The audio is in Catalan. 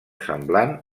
semblant